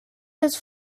his